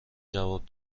جواب